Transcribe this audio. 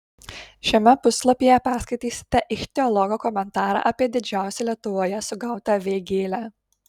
šiame puslapyje perskaitysite ichtiologo komentarą apie didžiausią lietuvoje sugautą vėgėlę